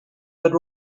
that